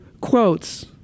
quotes